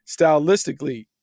Stylistically